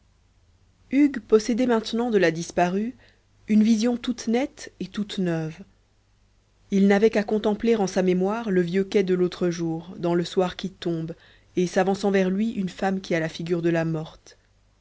hugues possédait maintenant de la disparue une vision toute nette et toute neuve il n'avait qu'à contempler en sa mémoire le vieux quai de l'autre jour dans le soir qui tombe et s'avançant vers lui une femme qui a la figure de la morte